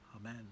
Amen